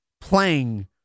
playing